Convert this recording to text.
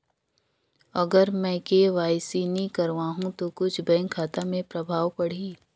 अगर मे के.वाई.सी नी कराहू तो कुछ बैंक खाता मे प्रभाव पढ़ी?